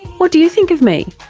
what do you think of me?